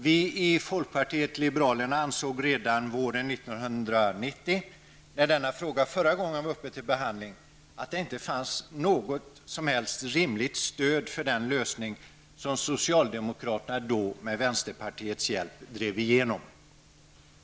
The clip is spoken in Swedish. Vi i folkpartiet liberalerna ansåg redan våren 1990, när denna fråga förra gången var uppe till behandling, att det inte fanns något som helst rimligt stöd för den lösning som socialdemokraterna då med vänsterpartiets hjälp drev i genom.